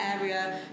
area